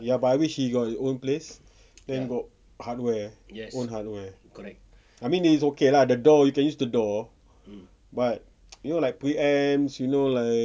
ya but I wish he got own place then got hardware own hardware I mean it's okay lah the door he can use the door but you like pre-amps you know like